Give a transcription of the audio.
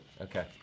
Okay